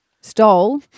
stole